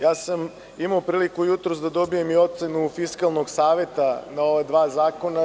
Imao sam priliku jutros da dobijem i ocenu Fiskalnog saveta na ova dva zakona.